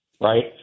right